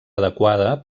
adequada